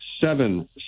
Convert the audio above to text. seven